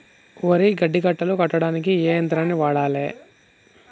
వరి గడ్డి కట్టలు కట్టడానికి ఏ యంత్రాన్ని వాడాలే?